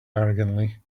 arrogantly